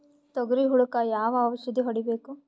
ತೊಗರಿ ಹುಳಕ ಯಾವ ಔಷಧಿ ಹೋಡಿಬೇಕು?